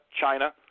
china